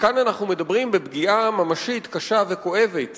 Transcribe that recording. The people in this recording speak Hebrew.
כאן אנחנו מדברים בפגיעה ממשית קשה וכואבת